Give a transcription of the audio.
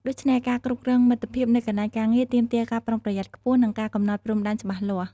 ដូច្នេះ ការគ្រប់គ្រងមិត្តភាពនៅកន្លែងការងារទាមទារការប្រុងប្រយ័ត្នខ្ពស់ និងការកំណត់ព្រំដែនច្បាស់លាស់។